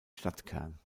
stadtkern